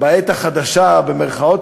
"בעת החדשה" במירכאות,